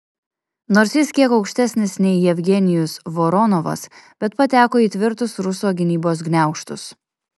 nors jis kiek aukštesnis nei jevgenijus voronovas bet pateko į tvirtus ruso gynybos gniaužtus